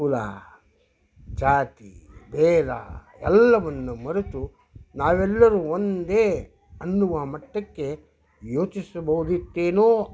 ಕುಲ ಜಾತಿ ಭೇದ ಎಲ್ಲವನ್ನು ಮರೆತು ನಾವೆಲ್ಲರು ಒಂದೇ ಎನ್ನುವ ಮಟ್ಟಕ್ಕೆ ಯೋಚಿಸಬಹುದಿತ್ತೇನೊ